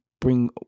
bring